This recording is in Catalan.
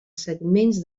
segments